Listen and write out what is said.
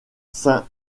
saint